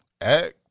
act